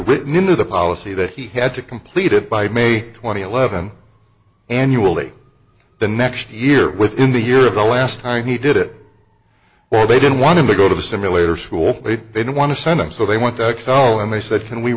written into the policy that he had to complete it by may th eleven annually the next year within the year of the last time he did it well they didn't want to go to the simulator school but they didn't want to send him so they went to exile and they said can we